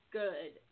good